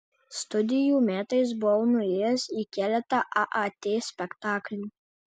studijų metais buvau nuėjęs į keletą aat spektaklių